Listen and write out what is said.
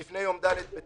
כן, אתה יותר מעודד אותם.